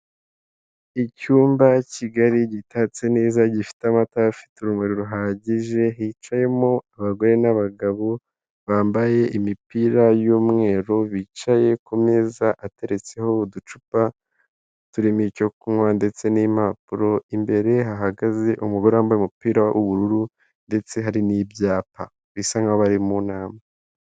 Icyumba kigari gitatse neza gifite amatara afite urumuri ruhagije hicayemo abagore n'abagabo bambaye imipira y'umweru, bicaye ku meza ateretseho uducupa turimo icyo kunywa ndetse n'impapuro, imbere hahagaze umugore wambaye umupira w'ubururu ndetse hari n'ibyapa bisa nk'abari mu nama.